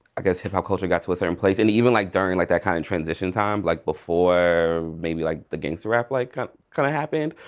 i guess hip hop culture got to a certain place, and even like during like that kind of transition time. like before maybe like the gangsta rap like kind kind of happened,